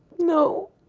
no